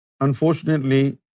unfortunately